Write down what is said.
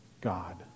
God